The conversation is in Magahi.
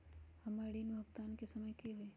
हमर ऋण भुगतान के समय कि होई?